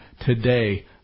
today